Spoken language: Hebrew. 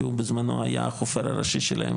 כי הוא בזמנו היה החופר הראשי שלהם,